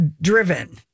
driven